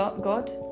god